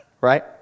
right